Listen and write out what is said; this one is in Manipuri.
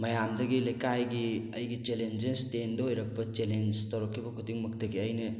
ꯃꯌꯥꯝꯗꯒꯤ ꯂꯩꯀꯥꯏꯒꯤ ꯑꯩꯒꯤ ꯆꯦꯂꯦꯟꯖꯦꯁ ꯇꯦꯟꯗ ꯑꯣꯏꯔꯛꯄ ꯆꯦꯂꯦꯟꯁ ꯇꯧꯔꯛꯈꯤꯕ ꯈꯨꯗꯤꯡꯃꯛꯇꯒꯤ ꯑꯩꯅ